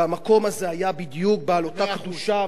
והמקום הזה היה בדיוק בעל אותה קדושה.